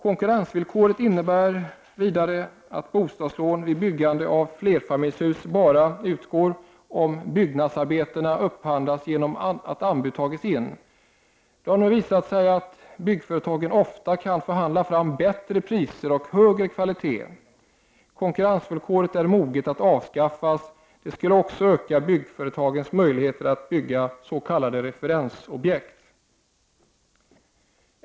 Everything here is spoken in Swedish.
Konkurrensvillkoret innebär vidare att bostadslån vid byggande av flerfamiljshus bara utgår om byggnadsarbetena upphandlats genom att anbud tagits in. Det har nu visat sig att byggföretagen ofta kan förhandla fram bättre pris och högre kvalitet. Konkurrensvillkoret är moget att avskaffas. Det skulle också öka byggföretagens möjligheter att bygga s.k. referensobjekt.